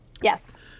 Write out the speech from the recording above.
Yes